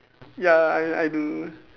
ya I I do